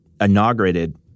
inaugurated